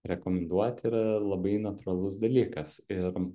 rekomenduoti yra labai natūralus dalykas ir